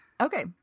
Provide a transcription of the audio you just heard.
okay